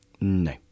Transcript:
No